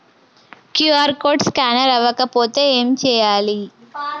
QR code scanner అవ్వకపోతే ఏం చేయాలి?